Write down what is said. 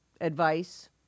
advice